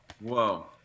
Whoa